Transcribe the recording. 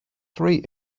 three